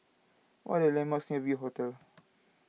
what are the landmarks having V Hotel